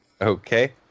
okay